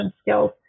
skills